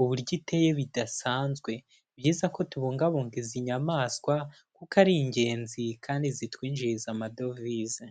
uburyo iteye bidasanzwe, ni byiza ko tubungabunga izi nyamaswa kuko ari ingenzi kandi zitwinjiriza amadovize.